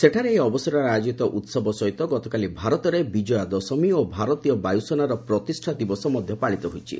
ସେଠାରେ ଏହି ଅବସରରେ ଆୟୋଜିତ ଉତ୍ସବ ସହିତ ଗତକାଲି ଭାରତରେ ବିଜୟା ଦଶମୀ ଓ ଭାରତୀୟ ବାୟୁସେନାର ପ୍ରତିଷ୍ଠା ଦିବସ ମଧ୍ୟ ପାଳିତ ହୋଇଛି